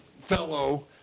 fellow